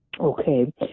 Okay